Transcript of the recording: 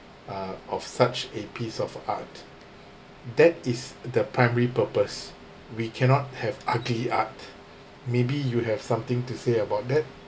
uh of such a piece of art that is the primary purpose we cannot have ugly art maybe you have something to say about that